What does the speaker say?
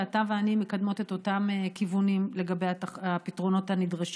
ואתה ואני מקדמות את אותם כיוונים לגבי הפתרונות הנדרשים.